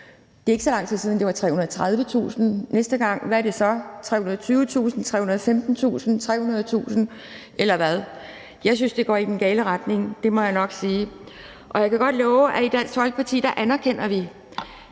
Det er ikke så lang tid siden, at det var 330.000 kr. Hvad er det så næste gang? 320.000, 315.000 eller 300.000 kr., eller hvad? Jeg synes, det går i den gale retning. Det må jeg nok sige. Jeg kan godt love, at i Dansk Folkeparti anerkender vi,